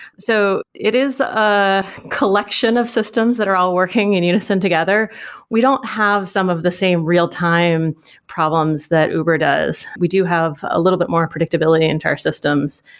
so it is a collection of systems that are all working in unison together we don't have some of the same real-time problems that uber does. we do have a little bit more predictability into our systems,